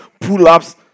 pull-ups